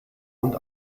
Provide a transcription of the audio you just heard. und